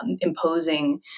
imposing